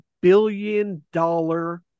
billion-dollar